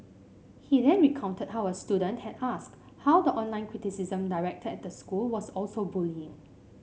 he then recounted how a student had asked how the online criticism directed at the school was also bullying